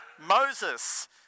Moses